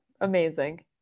amazing